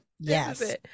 Yes